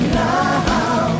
now